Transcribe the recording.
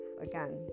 again